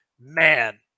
Man